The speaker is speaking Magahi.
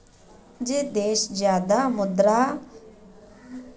जे देश ज्यादा मात्रात मुद्रा छपाई करोह उछां महगाई बेसी होछे